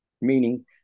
meaning